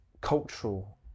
cultural